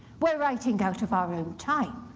we're writing out of our own time,